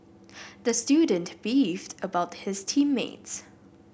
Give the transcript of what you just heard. the student beefed about his team mates